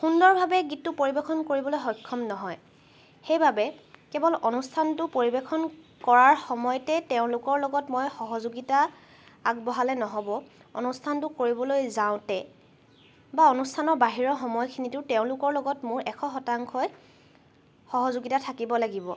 সুন্দৰভাৱে গীতটো পৰিৱেশন কৰিবলৈ সক্ষম নহয় সেইবাবে কেৱল অনুষ্ঠানটো পৰিৱেশন কৰাৰ সময়তে তেওঁলোকৰ লগত মই সহযোগিতা আগবঢ়ালে নহ'ব অনুষ্ঠানটো কৰিবলৈ যাওঁতে বা অনুষ্ঠানৰ বাহিৰৰ সময়খিনিতো তেওঁলোকৰ লগত মোৰ এশ শতাংশই সহযোগিতা থাকিব লাগিব